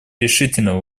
решительно